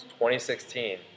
2016